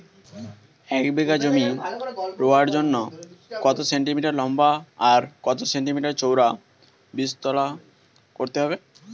এক বিঘা জমি রোয়ার জন্য কত সেন্টিমিটার লম্বা আর কত সেন্টিমিটার চওড়া বীজতলা করতে হবে?